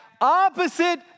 opposite